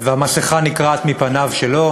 והמסכה נקרעת מפניו שלו.